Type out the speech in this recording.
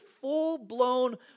full-blown